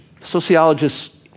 sociologists